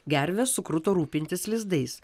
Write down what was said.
gervės sukruto rūpintis lizdais